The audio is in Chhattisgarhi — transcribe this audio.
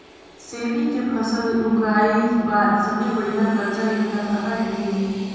सेमी के फसल उगाई बार सबले बढ़िया कर्जा योजना कहा ले मिलही?